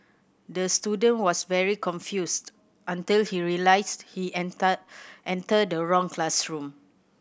the student was very confused until he realised he entered entered the wrong classroom